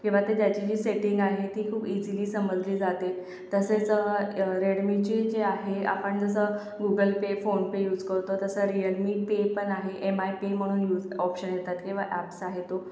किंवा ते ज्याची जी सेटींग आहे ती खूप इझिली समजली जाते तसेच रेडमीची जे आहे आपण जसं Google pay PhonePe use करतो तसं रिअलमी पे पण आहे एम आय पे म्हणून यूज ऑप्शन येतात किंवा ॲप्स आहे तो